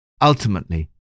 Ultimately